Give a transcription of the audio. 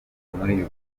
muri